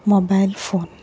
mobile phone